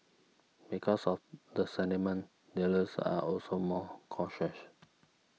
because of the sentiment dealers are also more cautious